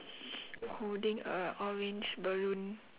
holding a orange balloon